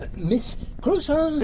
ah miss crusoe?